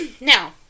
Now